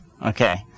Okay